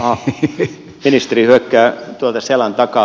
ministeri hyökkää tuolta selän takaa